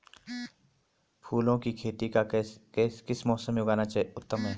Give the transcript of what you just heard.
फूलों की खेती का किस मौसम में उगना उत्तम है?